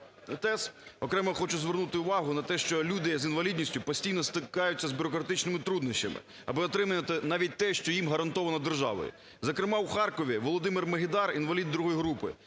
тез. Окремо хочу звернути увагу на те, що люди з інвалідністю постійно стикаються з бюрократичними труднощами, аби отримати навіть те, що їм гарантовано державою. Зокрема, у Харкові Володимир Могидар, інвалід ІІ групи,